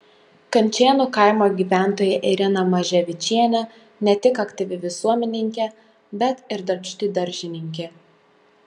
kančėnų kaimo gyventoja irena maževičienė ne tik aktyvi visuomenininkė bet ir darbšti daržininkė